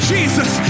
Jesus